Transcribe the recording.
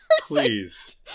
Please